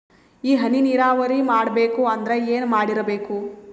ಈ ಹನಿ ನೀರಾವರಿ ಮಾಡಬೇಕು ಅಂದ್ರ ಏನ್ ಮಾಡಿರಬೇಕು?